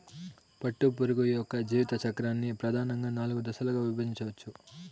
పట్టుపురుగు యొక్క జీవిత చక్రాన్ని ప్రధానంగా నాలుగు దశలుగా విభజించవచ్చు